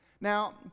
now